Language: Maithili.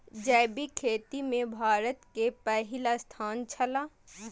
जैविक खेती में भारत के पहिल स्थान छला